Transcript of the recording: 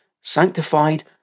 sanctified